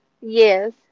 Yes